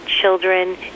children